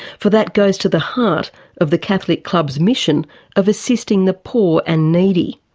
for that goes to the heart of the catholic clubs' mission of assisting the poor and needy.